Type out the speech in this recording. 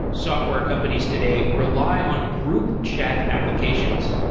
software companies today rely on group chat applications.